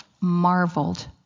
marveled